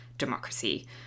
democracy